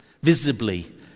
visibly